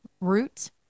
root